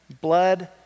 blood